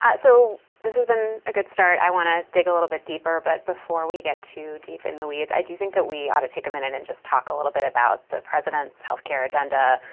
so this has been a good start. i want to dig a little bit deeper. but before we get too deep in the weeds i do think that we ought to take a minute and just talk a little bit about the president's health care agenda.